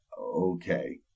Okay